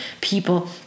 people